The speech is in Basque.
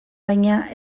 baina